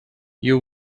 you